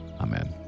amen